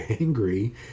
angry